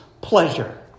pleasure